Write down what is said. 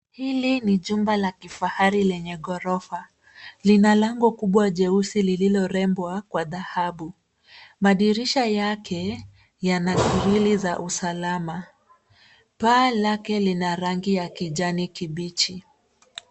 Hili ni jumba la kifahari lenye ghorofa. Lina lango kubwa jeusi lililorembwa kwa dhahabu. Madirisha yake yana kihili za usalama. Paa lake lina rangi ya kijani kibichi.